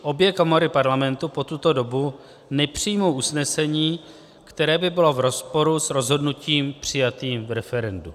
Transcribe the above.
Obě komory Parlamentu po tuto dobu nepřijmou usnesení, které by bylo v rozporu s rozhodnutím přijatým v referendu.